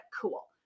cool